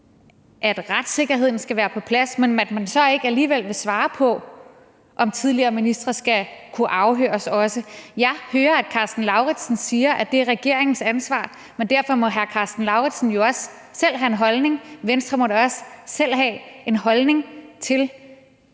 at retssikkerheden skal være på plads, når man så ikke vil svare på, om tidligere ministre skal kunne afhøres også. Jeg hører hr. Karsten Lauritzen sige, at det er regeringens ansvar, men derfor må hr. Karsten Lauritzen da også selv have en holdning, Venstre må da også selv have en holdning til,